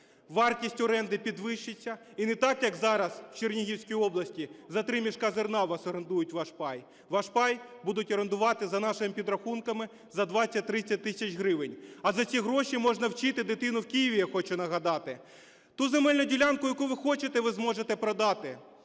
вартість оренди підвищиться. І не так, як зараз в Чернігівській області за 3 мішка зерна у вас орендують ваш пай. Ваш пай будуть орендувати, за нашими підрахунками, за 20-30 тисяч гривень. А за ці гроші можна вчити дитину в Києві, я хочу нагадати. Ту земельну ділянку, яку ви хочете, ви зможете продати.